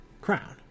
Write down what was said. crown